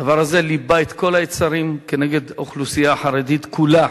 הדבר הזה ליבה את כל היצרים נגד האוכלוסייה החרדית כולה.